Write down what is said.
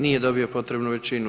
Nije dobio potrebnu većinu.